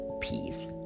Peace